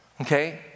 Okay